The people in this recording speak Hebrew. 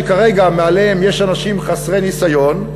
שכרגע מעליהם יש אנשים חסרי ניסיון,